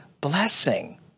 blessing